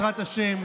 בעזרת השם,